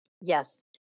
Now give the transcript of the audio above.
Yes